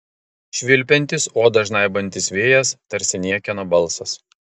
švilpiantis odą žnaibantis vėjas tarsi niekieno balsas